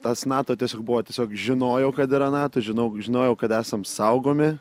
tas nato tiesiog buvo tiesiog žinojau kad yra nato žinau žinojau kad esam saugomi